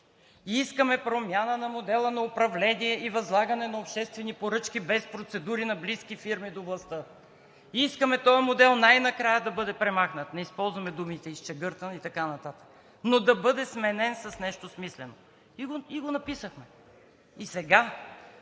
Искаме промяна на модела на управление и възлагане на обществени поръчки без процедури на близки фирми до властта. Искаме този модел най-накрая да бъде премахнат, не използваме думите „изчегъртан“ и така нататък. Но да бъде сменен с нещо смислено. И го написахме. И сега